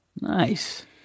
Nice